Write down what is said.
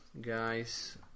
guys